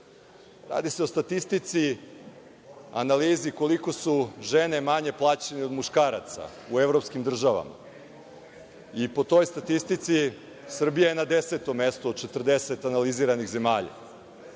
Radi se o statistici i analizi koliko su žene manje plaćene od muškaraca u evropskim državama, i po toj statistici Srbija je na 10. mestu od 40 analiziranih zemalja.